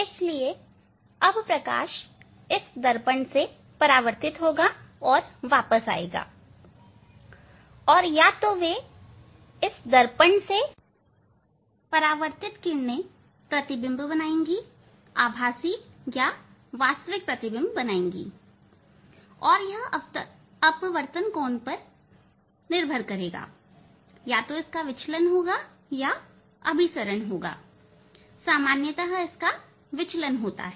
इसलिए अब प्रकाश इस दर्पण से परावर्तित होगा और वापस आएगा और या तो वे इस दर्पण से परावर्तित किरणें आभासी या वास्तविक प्रतिबिंब बनाएंगी और यह अपवर्तन कोण पर निर्भर करेगा या तो इसका विचलन होगा या अभिसरण सामान्यतः इसका विचलन होता है